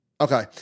Okay